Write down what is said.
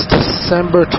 December